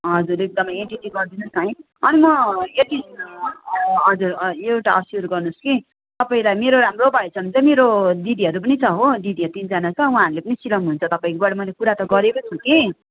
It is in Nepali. हजुर एकदमै यति चाहिँ गरिदिनु होस् न है अनि म यति हजुर यो एउटा एस्योर गर्नु होस् कि तपाईँलाई मेरो राम्रो भएछ भने चाहिँ मेरो दिदीहरू पनि छ हो दिदीहरू तिनजना छ उहाँहरूले पनि सिलाउनु हुन्छ तपाईँकोबाट मैले कुरा त गरेको छु कि